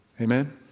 Amen